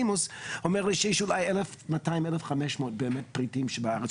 אומר לי שיש אולי אלף מאתיים-אלף חמש מאות פריטים בארץ,